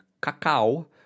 cacao